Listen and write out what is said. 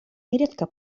нередко